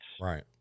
Right